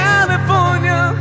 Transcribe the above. California